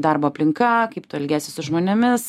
darbo aplinka kaip tu elgiesi su žmonėmis